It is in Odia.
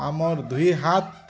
ଆମର୍ ଦୁଇହାତ୍